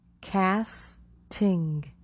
Casting